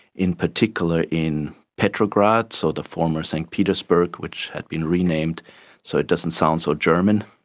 in particular in petrograd, so the former st petersburg which had been renamed so it doesn't sound so german,